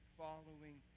following